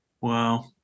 Wow